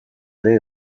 ere